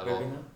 webinar